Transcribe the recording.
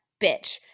bitch